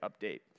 update